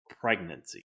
pregnancy